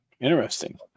Interesting